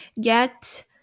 get